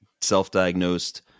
self-diagnosed